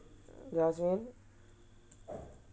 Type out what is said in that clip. yasmin